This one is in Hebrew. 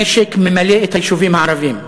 הנשק ממלא את היישובים הערבים,